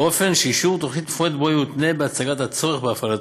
באופן שאישור תוכנית מפורטת בו יותנה בהצגת הצורך בהפעלתו.